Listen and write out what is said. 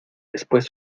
después